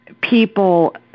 people